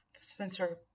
sensor